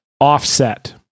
offset